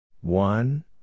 One